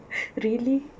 really